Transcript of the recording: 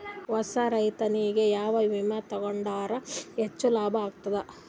ಹೊಸಾ ರೈತನಿಗೆ ಯಾವ ವಿಮಾ ತೊಗೊಂಡರ ಹೆಚ್ಚು ಲಾಭ ಆಗತದ?